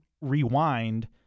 rewind